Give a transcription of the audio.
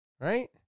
right